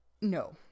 No